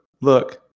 look